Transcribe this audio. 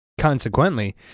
Consequently